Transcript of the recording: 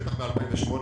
בטח מ-2008,